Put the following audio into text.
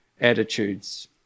attitudes